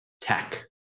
tech